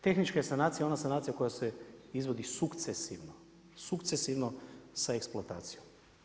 Tehnička je sanacija ona sanacija koja se izvodi sukcesivno, sukcesivno sa eksploatacijom.